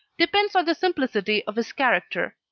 depends on the simplicity of his character,